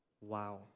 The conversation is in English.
Wow